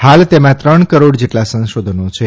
હાલ તેમાં ત્રણ કરોડ જેટલાં સંશોધનો છે